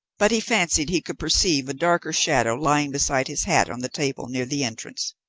but he fancied he could perceive a darker shadow lying beside his hat on the table near the entrance.